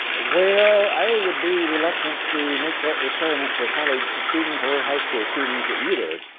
well, i would be reluctant to make that requirement for college students or high school students at either.